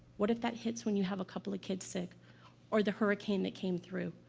what if that hits when you have a couple of kids sick or the hurricane that came through?